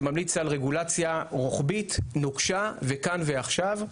שממליץ על רגולציה רוחבית נוקשה וכאן ועכשיו,